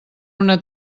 una